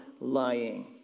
lying